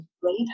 great